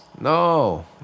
No